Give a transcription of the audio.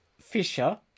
Fisher